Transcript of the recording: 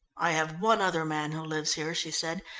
i have one other man who lives here, she said.